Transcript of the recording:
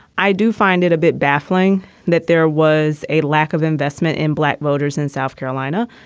i do find it a bit baffling that there was a lack of investment in black voters in south carolina.